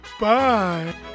Bye